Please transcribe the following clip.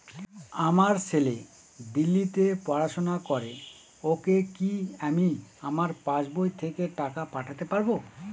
আমার ছেলে দিল্লীতে পড়াশোনা করে ওকে কি আমি আমার পাসবই থেকে টাকা পাঠাতে পারব?